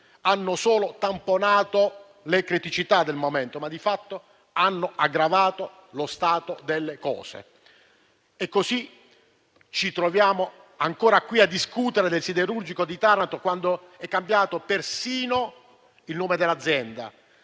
hanno solo tamponato le criticità del momento, ma di fatto hanno aggravato lo stato delle cose. Così ci troviamo ancora a discutere del siderurgico di Taranto quando è cambiato persino il nome dell'azienda;